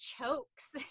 chokes